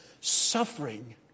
Suffering